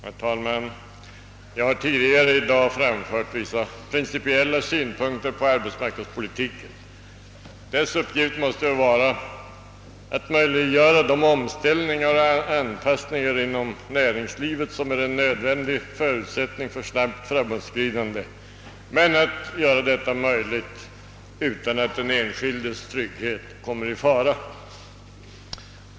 Herr talman! Jag har tidigare i dag framfört vissa principiella synpunkter på arbetsmarknadspolitiken. Dess uppgift måste vara att möjliggöra de omställningar och anpassningar inom näringslivet, som är en nödvändig förutsättning för snabbt framåtskridande, med iakttagande av att den enskildes trygghet ej kommer i fara.